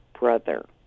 Brother